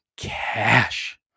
cash